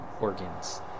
organs